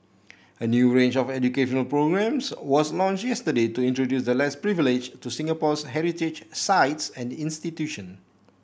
a new range of educational programmes was launched yesterday to introduce the less privileged to Singapore's heritage sites and institution